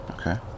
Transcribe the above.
Okay